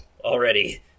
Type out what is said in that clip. already